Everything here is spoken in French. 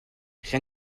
rien